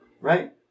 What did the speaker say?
right